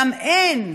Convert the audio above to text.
ושם אין